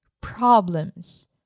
problems